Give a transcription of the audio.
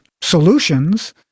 solutions